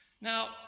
Now